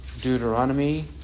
Deuteronomy